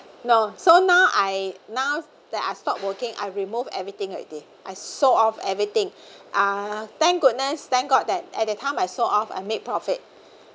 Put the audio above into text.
no so now I now that I stop working I remove everything already I sold off everything uh thank goodness thank god that at that time I sold off I make profit